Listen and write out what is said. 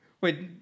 Wait